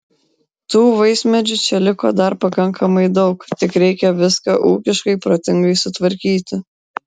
tų vaismedžių čia liko dar pakankamai daug tik reikia viską ūkiškai protingai sutvarkyti